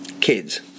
kids